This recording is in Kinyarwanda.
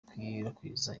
gukwirakwiza